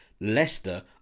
Leicester